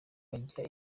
bajya